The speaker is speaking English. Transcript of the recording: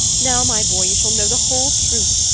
now, my boy, you shall know the whole truth.